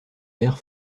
mère